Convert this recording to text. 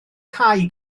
cau